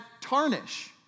tarnish